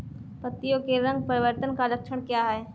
पत्तियों के रंग परिवर्तन का लक्षण क्या है?